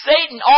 Satan